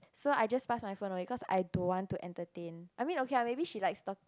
so I just pass my phone away cause I don't want to entertain I mean okay lah maybe she likes tal~